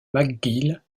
mcgill